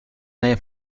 name